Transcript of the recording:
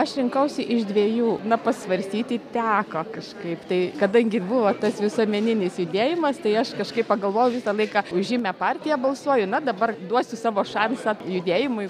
aš rinkausi iš dviejų na pasvarstyti teko kažkaip tai kadangi buvo tas visuomeninis judėjimas tai aš kažkaip pagalvojau visą laiką už žymią partiją balsuoju na dabar duosiu savo šansą judėjimui